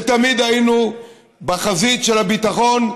תמיד היינו בחזית של הביטחון.